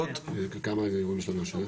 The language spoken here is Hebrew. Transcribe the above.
כמה אירועים יש לנו השנה?